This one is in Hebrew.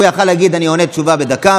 הוא יכול היה לומר: אני עונה תשובה בדקה,